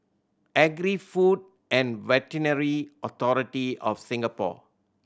Agri Food and Veterinary Authority of Singapore